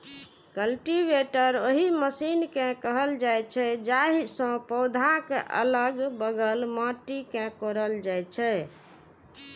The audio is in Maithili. कल्टीवेटर ओहि मशीन कें कहल जाइ छै, जाहि सं पौधाक अलग बगल माटि कें कोड़ल जाइ छै